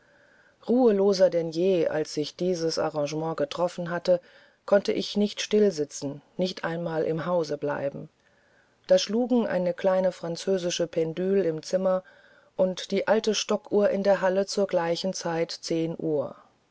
ruheloser denn je als ich diese arrangements getroffen hatte konnte ich nicht still sitzen nicht einmal im hause bleiben da schlugen eine kleine französische pendule im zimmer und die alte stockuhr in der halle zu gleicher zeit zehn uhr